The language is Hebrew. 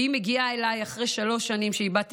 והיא מגיעה אליי אחרי שלוש שנים, כשהיא בת 20,